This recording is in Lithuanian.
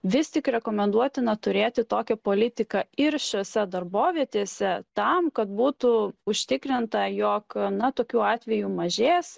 vis tik rekomenduotina turėti tokią politiką ir šiose darbovietėse tam kad būtų užtikrinta jog na tokių atvejų mažės